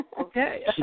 Okay